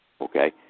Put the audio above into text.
okay